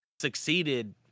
succeeded